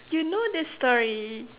you know the story